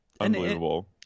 Unbelievable